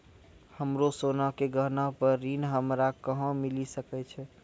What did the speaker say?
हमरो सोना के गहना पे ऋण हमरा कहां मिली सकै छै?